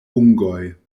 ungoj